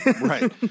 Right